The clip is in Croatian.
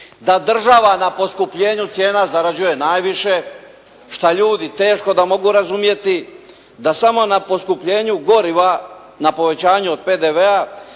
da država na poskupljenju cijena zarađuje najviše, što ljudi teško mogu razumjeti, da samo na poskupljenju goriva na povećanju od PDV-a